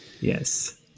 Yes